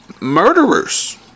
murderers